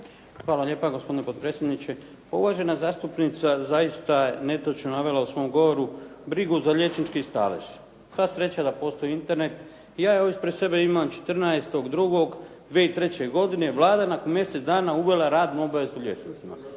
Hvala lijepa gospodine potpredsjedniče. Pa uvažena zastupnica zaista je netočno navela u svom govoru brigu za liječnički stalež. Sva sreća da postoji Internet i ja evo ispred sebe imam 14.2.2003. godine Vlada je nakon mjesec dana uvela radnu obavezu liječnicima.